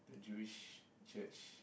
the Jewish church